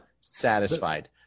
satisfied